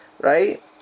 Right